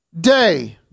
day